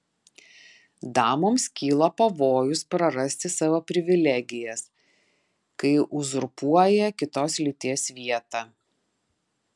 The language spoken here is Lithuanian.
damoms kyla pavojus prarasti savo privilegijas kai uzurpuoja kitos lyties vietą